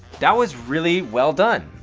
that was really well done.